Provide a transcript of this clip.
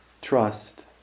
trust